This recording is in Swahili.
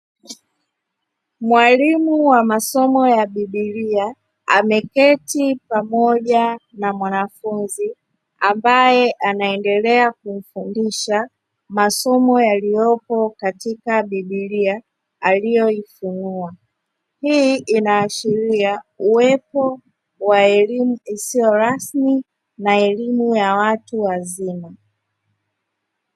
Mwalimu wa masomo ya biblia ameketi pamoja na mwanafunzi ambaye anaendelea kumfundisha masomo yaliyopo katika biblia aliyoifunua. Hii inaashiria uwepo wa elimu isiyo rasmi na elimu ya watu wazima.